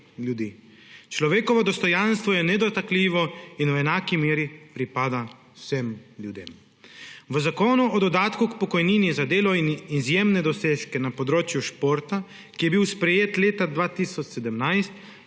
Človekovo dostojanstvo je nedotakljivo in v enaki meri pripada vsem ljudem. V Zakonu o dodatku k pokojnini za delo in izjemne dosežke na področju športa, ki je bil sprejet leta 2017,